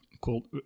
called